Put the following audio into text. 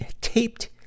taped